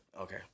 Okay